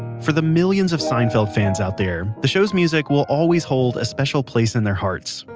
for the millions of seinfeld fans out there, the show's music will always hold a special place in their hearts.